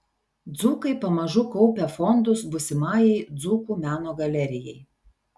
dzūkai pamažu kaupia fondus būsimajai dzūkų meno galerijai